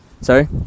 Sorry